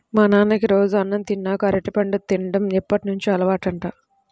మా నాన్నకి రోజూ అన్నం తిన్నాక అరటిపండు తిన్డం ఎప్పటినుంచో అలవాటంట